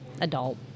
adult